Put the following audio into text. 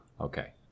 Okay